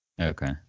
Okay